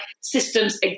systems